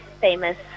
famous